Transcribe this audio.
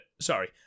Sorry